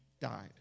died